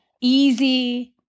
easy